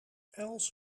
els